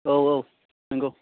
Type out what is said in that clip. औ औ नोंगौ